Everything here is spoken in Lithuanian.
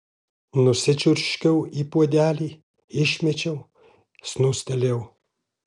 nusičiurškiau į puodelį išmečiau snūstelėjau